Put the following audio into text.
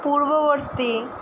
পূর্ববর্তী